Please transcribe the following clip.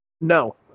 No